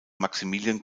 maximilian